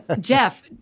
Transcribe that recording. Jeff